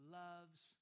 loves